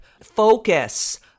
focus